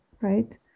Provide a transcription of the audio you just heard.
right